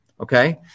okay